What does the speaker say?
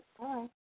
Bye